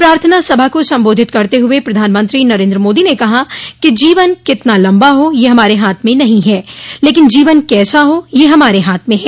प्रार्थना सभा को संबोधित करते हुए प्रधानमंत्री नरेन्द्र मोदी ने कहा कि जीवन कितना लम्बा हो यह हमारे हाथ में नहीं है लेकिन जीवन कैसा हो यह हमारे हाथ में हैं